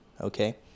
okay